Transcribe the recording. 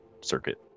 circuit